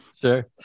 Sure